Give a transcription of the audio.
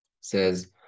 says